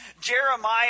Jeremiah